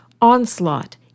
onslaught